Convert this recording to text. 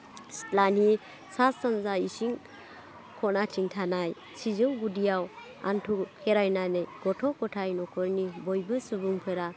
सिथ्लानि सा सानजा इसिं खनाथिं थानाय सिजौ गुदियाव हान्थु खेरायनानै गथ' गथाय न'खरनि बयबो सुबुंफोरा